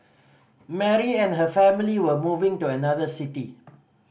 Mary and her family were moving to another city